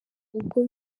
ubwo